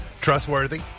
Trustworthy